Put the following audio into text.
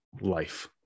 life